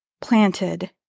planted